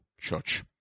church